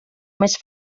més